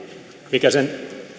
mikä sen